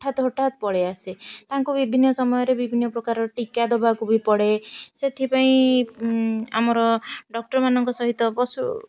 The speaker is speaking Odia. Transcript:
ହଠାତ ହଠାତ ପଳାଇ ଆସେ ତାଙ୍କୁ ବିଭିନ୍ନ ସମୟରେ ବିଭିନ୍ନ ପ୍ରକାର ଟୀକା ଦେବାକୁ ବି ପଡ଼େ ସେଥିପାଇଁ ଆମର ଡକ୍ଟର୍ ମାନଙ୍କ ସହିତ ପଶୁ